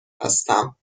هستم